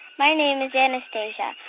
my name is anastasia.